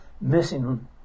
missing